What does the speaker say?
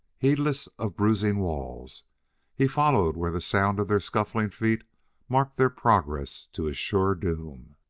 heedless of bruising walls he followed where the sound of their scuffling feet marked their progress to a sure doom.